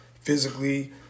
physically